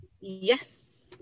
Yes